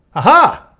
ah-hah!